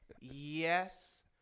yes